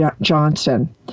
Johnson